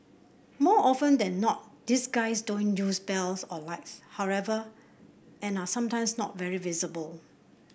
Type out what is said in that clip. more often than not these guys don't use bells or lights however and are sometimes not very visible